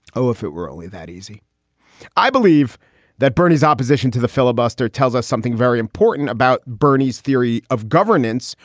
oh, if it were only that easy i believe that bernie's opposition to the filibuster tells us something very important about bernie's theory of governance,